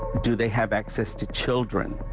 do they have access to children.